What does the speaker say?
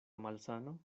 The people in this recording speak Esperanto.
malsano